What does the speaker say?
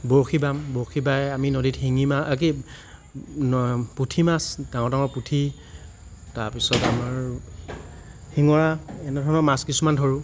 বৰশী বাম বৰশী বাই আমি নদীত শিঙি মা কি পুঠি মাছ ডাঙৰ ডাঙৰ পুঠি তাৰ পিছত আমাৰ শিঙৰা এনে ধৰণৰ মাছ কিছুমান ধৰোঁ